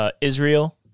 Israel